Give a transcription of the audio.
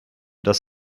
das